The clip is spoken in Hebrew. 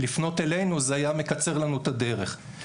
לתת להם את הכלים לנהל דיאלוג וחיים משותפים.